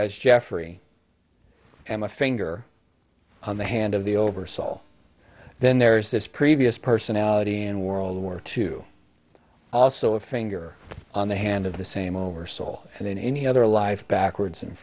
as geoffrey and my finger on the hand of the over soul then there is this previous personality in world war two also a finger on the hand of the same over soul and in any other life backwards and